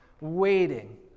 waiting